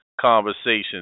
conversation